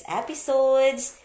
episodes